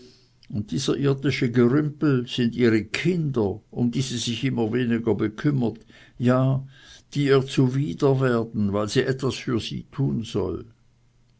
und dieser irdische grümpel sind ihre kinder um die sie sich immer weniger bekümmert ja die ihr zuwider werden weil sie etwas für sie tun soll